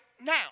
now